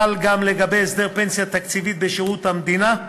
חל גם לגבי הסדר הפנסיה התקציבית בשירות המדינה.